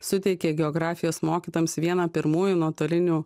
suteikė geografijos mokytojams vieną pirmųjų nuotolinių